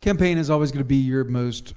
campaign is always gonna be your most